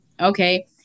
Okay